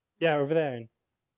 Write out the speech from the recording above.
yeah, over there.